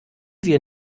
wir